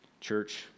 Church